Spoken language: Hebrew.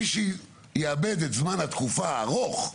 מי שיאבד את זמן התקופה האחרון הפסיד,